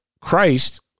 Christ